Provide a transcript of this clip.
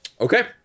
okay